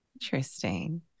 Interesting